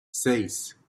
seis